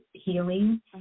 healing